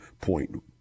Point